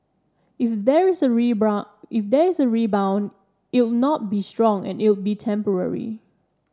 if there's a rebound if there's a rebound it'll not be strong and it'll be temporary